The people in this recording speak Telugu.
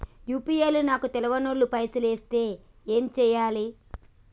యూ.పీ.ఐ లో నాకు తెల్వనోళ్లు పైసల్ ఎస్తే ఏం చేయాలి?